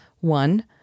One